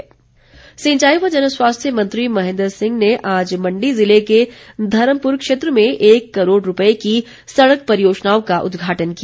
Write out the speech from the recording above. महेन्द्र सिंह सिंचाई व जन स्वास्थ्य मंत्री महेन्द्र सिंह ने आज मण्डी ज़िले के धर्मपुर क्षेत्र में एक करोड़ रूपए की सड़क परियोजनाओं का उद्घाटन किया